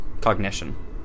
Cognition